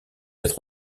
être